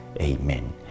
Amen